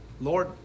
Lord